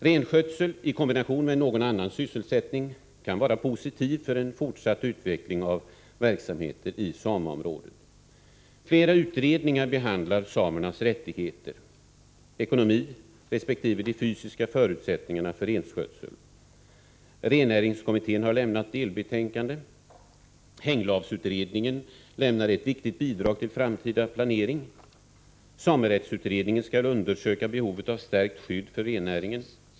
Renskötsel i kombination med någon annan sysselsättning kan vara positiv för en fortsatt utveckling av verksamheter i sameområdet. Flera utredningar behandlar samernas rättigheter, ekonomi resp. de fysiska förutsättningarna för renskötsel. Rennäringskommittén har lämnat delbetänkande. Hänglavsutredningen lämnar ett viktigt bidrag till framtida planering. Samerättsutredningen skall undersöka behovet av stärkt skydd för rennäringen.